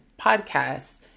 podcast